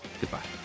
Goodbye